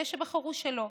ואלה שבחרו שלא.